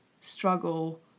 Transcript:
struggle